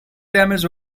damage